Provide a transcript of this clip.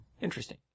interesting